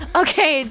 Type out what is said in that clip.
okay